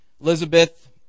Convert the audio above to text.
Elizabeth